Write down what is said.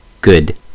good